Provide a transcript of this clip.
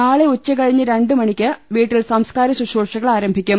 നാളെ ഉച്ചകഴിഞ്ഞ് രണ്ട് മണിക്ക് വീട്ടിൽ സംസ്കാര ശുശ്രൂ ഷകൾ ആരംഭിക്കും